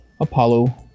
Apollo